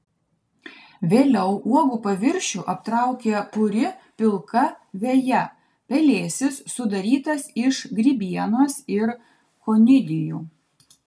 vėliau uogų paviršių aptraukia puri pilka veja pelėsis sudarytas iš grybienos ir konidijų